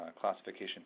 classification